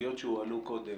לסוגיות שהועלו קודם.